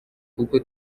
utwo